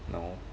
no